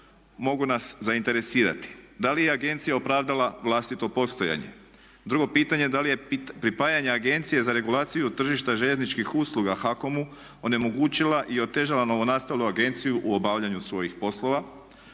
mogu nas zainteresirati. Da li je agencija opravdala vlastito postojanje? Drugo pitanje, da li je pripajanje Agencije za regulaciju tržišta željezničkih usluga HAKOM-u onemogućila i otežala novonastalu agenciju u obavljanju svojih poslova?